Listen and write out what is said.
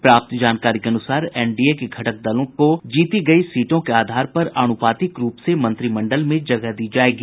प्राप्त जानकारी के अनुसार एनडीए के घटक दलों को जीती गयी सीटों के आधार पर अनुपातिक रूप से मंत्रिमंडल में जगह दी जायेगी